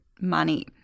money